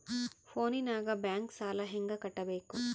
ಫೋನಿನಾಗ ಬ್ಯಾಂಕ್ ಸಾಲ ಹೆಂಗ ಕಟ್ಟಬೇಕು?